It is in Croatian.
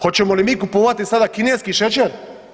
Hoćemo li mi kupovati sada kineski šećer?